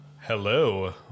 Hello